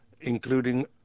including